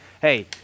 hey